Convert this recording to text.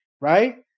Right